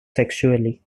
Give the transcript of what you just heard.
sexually